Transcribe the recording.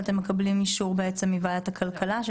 אתם מקבלים אישור מוועדת הכלכלה?